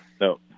no